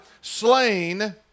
slain